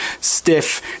stiff